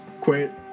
quit